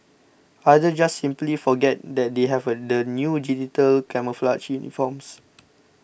others just simply forget that they have the new digital camouflage uniforms